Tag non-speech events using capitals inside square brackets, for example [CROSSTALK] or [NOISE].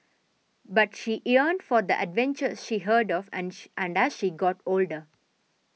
but she yearned for the adventures she heard of and [UNINTELLIGIBLE] and that she got older